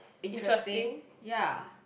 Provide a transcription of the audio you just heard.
interesting ya